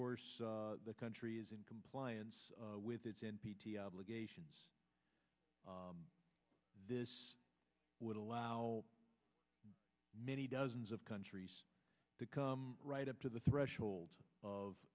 course the country is in compliance with its n p t obligations this would allow many dozens of countries to come right up to the threshold of